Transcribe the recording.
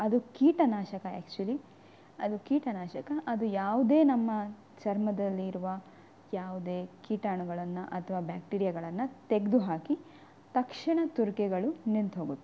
ಅದು ಕೀಟನಾಶಕ ಆ್ಯಕ್ಚುಲಿ ಅದು ಕೀಟನಾಶಕ ಅದು ಯಾವುದೇ ನಮ್ಮ ಚರ್ಮದಲ್ಲಿರುವ ಯಾವುದೇ ಕೀಟಾಣುಗಳನ್ನು ಅಥವಾ ಬ್ಯಾಕ್ಟೀರಿಯಾಗಳನ್ನ ತೆಗೆದು ಹಾಕಿ ತಕ್ಷಣ ತುರಿಕೆಗಳು ನಿಂತುಹೋಗುತ್ತೆ